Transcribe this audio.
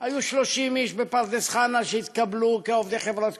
שהיו 30 איש בפרדס-חנה שהתקבלו כעובדי חברת כוח-אדם,